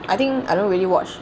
I think I don't really watch